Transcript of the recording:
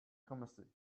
chemistry